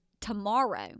Tomorrow